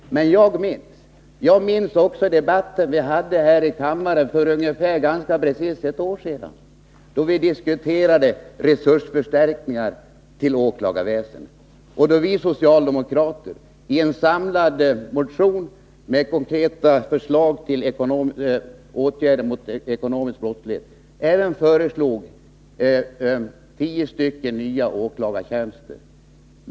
Men jag minns den debatt vi hade här i kammaren för ungefär ett år sedan, då vi diskuterade resursförstärkningar till åklagarväsendet och då vi socialdemokrater i en samlad motion med konkreta förslag till åtgärder mot ekonomisk brottslighet även föreslog tio nya åklagartjänster.